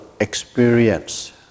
experience